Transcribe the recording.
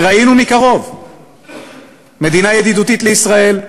וראינו מקרוב מדינה ידידותית לישראל,